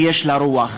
ויש לה רוח,